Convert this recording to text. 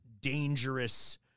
dangerous